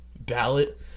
ballot